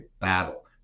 battle